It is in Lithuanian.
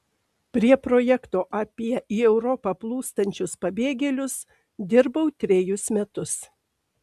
prie projekto apie į europą plūstančius pabėgėlius dirbau trejus metus